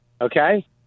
Okay